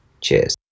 Cheers